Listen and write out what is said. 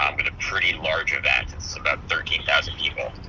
um but a pretty large event, it's about thirteen thousand people.